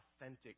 authentic